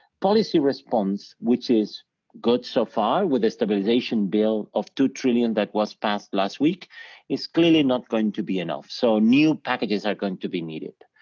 policy response which is good so far with a stabilization bill of two trillion that was passed last week is clearly not going to be enough. so new packages are going to be needed.